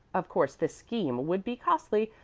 of course this scheme would be costly,